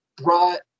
brought